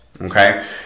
Okay